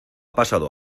pasado